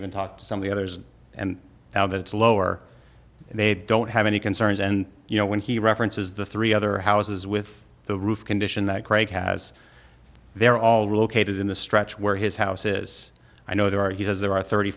even talked to some of the others and now that it's lower they don't have any concerns and you know when he references the three other houses with the roof condition that craig has they're all relocated in the stretch where his house is i know there are he says there are thirty